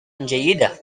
جيدة